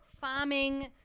farming